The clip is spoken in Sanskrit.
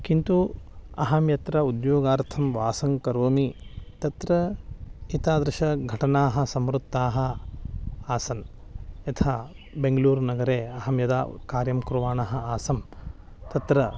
किन्तु अहं यत्र उद्योगार्थं वासं करोमि तत्र एतादृश्यः घटनाः समृद्धाः आसन् यथा बेङग्लूर् नगरे अहं यदा कार्यं कुर्वाणः आसं तत्र